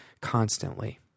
constantly